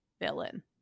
villain